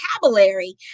vocabulary